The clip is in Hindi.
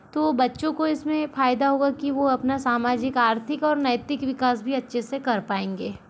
तो बच्चों को इसमें फायदा होगा कि वो अपना सामाजिक और आर्थिक और नैतिक विकास भी अच्छे से कर पाएँगे